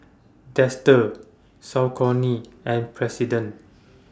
Dester Saucony and President